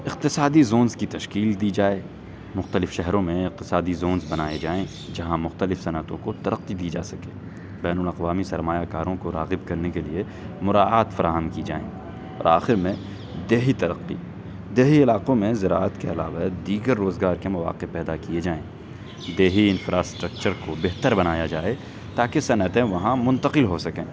اقتصادی زونس کی تشکیل دی جائے مختلف شہروں میں اقتصادی زونس بنائے جائیں جہاں مختلف صنعتوں کو ترقی دی جا سکے بین الاقوامی سرمایہ کاروں کو راغب کرنے کے لیے مراعات فراہم کی جائیں آخر میں دیہی ترقی دیہی علاقوں میں زراعت کے علاوہ دیگر روزگار کے مواقع پیدا کیے جائیں دیہی انفراسٹکچر کو بہتر بنایا جائے تاکہ صنعتیں وہاں منتقل ہو سکیں